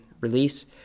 release